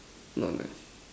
not nice